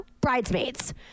bridesmaids